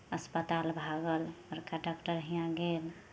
अस्पताल भागल बड़का डाक्टर हियाँ गेल